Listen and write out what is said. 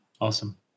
awesome